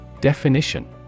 Definition